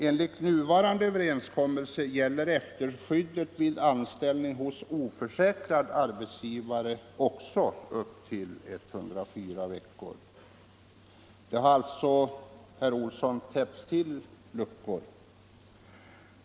Enligt nuvarande överenskommelse gäller efterskyddet även vid anställning hos oförsäkrad arbetsgivare i upp till 104 veckor. Det har alltså, herr Olsson, täppts till luckor.